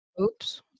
Oops